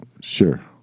Sure